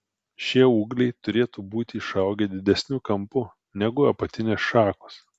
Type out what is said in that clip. šie ūgliai turėtų būti išaugę didesniu kampu negu apatinės šakos